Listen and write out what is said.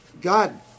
God